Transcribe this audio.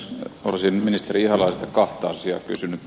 olisin ministeri ihalaiselta kahta asiaa kysynyt